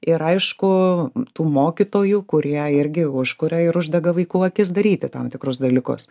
ir aišku tų mokytojų kurie irgi užkuria ir uždega vaikų akis daryti tam tikrus dalykus